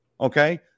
Okay